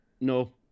No